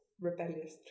rebellious